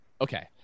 Okay